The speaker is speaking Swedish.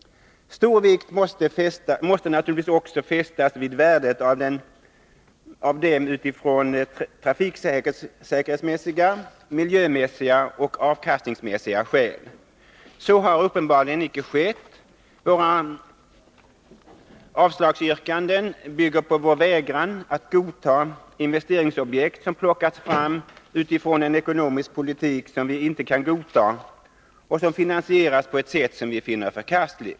Stor vikt måste naturligtvis också fästas vid värdet av investeringarna av trafiksäkerhetsmässiga, miljömässiga och avkastningsmässiga skäl. Så har uppenbarligen icke skett. Våra avslagsyrkanden bygger på vår vägran att godta investeringsobjekt som plockats fram utifrån en ekonomisk politik, som vi inte kan godta, och som finansieras på ett sätt som vi finner förkastligt.